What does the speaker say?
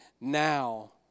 now